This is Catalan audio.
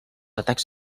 atacs